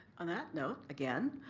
on that note, again,